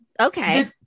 Okay